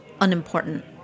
unimportant